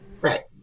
Right